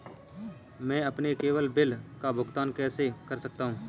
मैं अपने केवल बिल का भुगतान कैसे कर सकता हूँ?